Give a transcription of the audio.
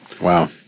Wow